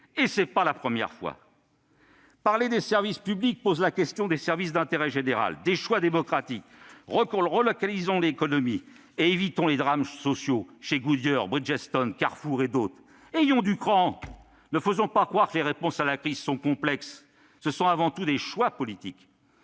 Ce n'est pas la première fois ! Parler des services publics pose la question des services d'intérêt général et des choix démocratiques. Relocalisons l'économie et évitons les drames sociaux chez Goodyear, Bridgestone, Carrefour, et d'autres. Ayons du cran ! Ne faisons pas croire que les réponses à la crise sont trop complexes, ce sont avant tout des choix politiques.